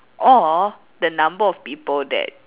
or the number of people that